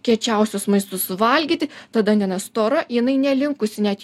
kiečiausius maistu suvalgyti ta dantena stora jinai nelinkusi net